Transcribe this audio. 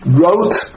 wrote